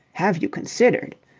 have you considered,